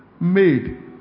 made